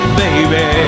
baby